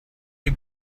you